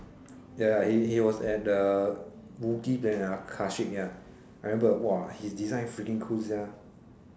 ya ya he he was at the there ah ya I remember !wah! his design freaking cool sia